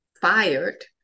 fired